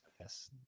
Yes